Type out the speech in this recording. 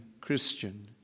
Christian